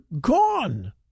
gone